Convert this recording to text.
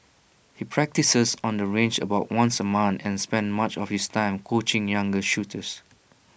he practises on the range about once A month and spends much of his time coaching younger shooters